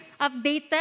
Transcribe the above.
updated